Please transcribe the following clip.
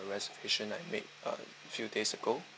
reservation I made uh few days ago